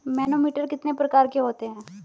Manometer कितने प्रकार के होते हैं?